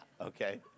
okay